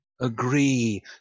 Agree